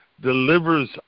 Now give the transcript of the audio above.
delivers